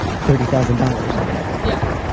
thirty thousand dollars or whatever? yeah.